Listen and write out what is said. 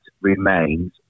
remains